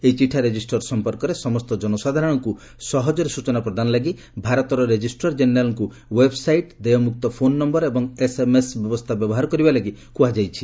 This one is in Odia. ଏହି ଚିଠା ରେଜିଷ୍ଟର ସମ୍ପର୍କରେ ସମସ୍ତ ଜନସାଧାରଣଙ୍କୁ ସହଜରେ ସ୍ବଚନା ପ୍ରଦାନ ଲାଗି ଭାରତର ରେଜିଷ୍ଟ୍ରାର୍ କେନେରାଲ୍ଙ୍କୁ ୱେବ୍ସାଇଟ୍ ଦେୟମୁକ୍ତ ଫୋନ୍ ନୟର ଏବଂ ଏସ୍ଏମ୍ଏସ୍ ବ୍ୟବସ୍କା ବ୍ୟବହାର କରିବା ଲାଗି କୃହାଯାଇଛି